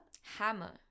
Hammer